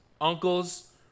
uncles